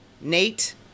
Nate